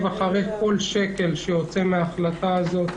אחרי כל שקל שיוצא מן ההחלטה הזאת,